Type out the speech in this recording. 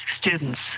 students